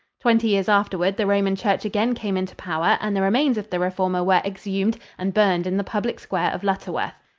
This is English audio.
twenty years afterward the roman church again came into power and the remains of the reformer were exhumed and burned in the public square of lutterworth.